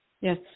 yes